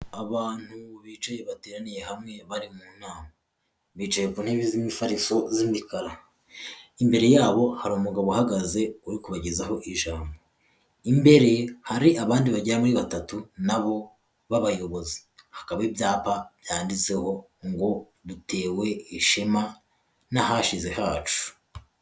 Abantu bicaye bateraniye hamwe bari mu nama, bicaye ku ntebe z'imifariso z'imikara, imbere yabo hari umugabo uhagaze uri kubagezaho ijambo, imbere hari abandi bagera muri batatu nabo b'abayobozi, hakaba ibyapa byanditseho ngo dutewe ishema n'ahashize hacu.